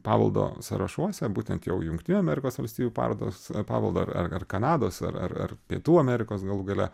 paveldo sąrašuose būtent jau jungtinių amerikos valstijų parodos paveldo ar ar kanados ar ar ar pietų amerikos galų gale